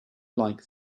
like